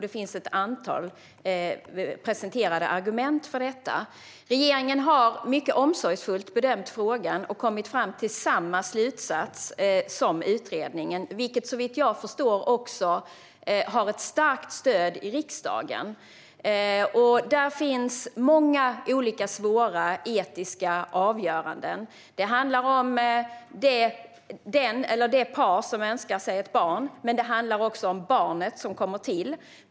Det finns ett antal presenterade argument för detta. Regeringen har mycket omsorgsfullt bedömt frågan och kommit fram till samma slutsats som utredningen. Såvitt jag förstår har detta också ett starkt stöd i riksdagen. I fråga om detta finns det många olika svåra etiska avgöranden. Det handlar om den eller det par som önskar sig ett barn. Det handlar också om det barn som kommer till.